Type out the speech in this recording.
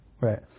Right